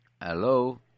Hello